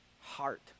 heart